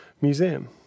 museum